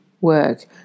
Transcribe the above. work